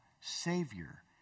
Savior